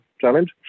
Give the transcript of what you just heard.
challenge